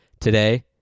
Today